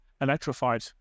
electrified